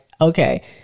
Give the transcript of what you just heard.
Okay